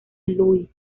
lois